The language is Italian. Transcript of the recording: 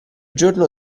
giorno